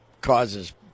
causes